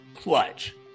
Clutch